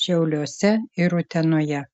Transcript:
šiauliuose ir utenoje